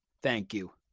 thank you,